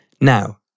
Now